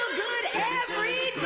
good every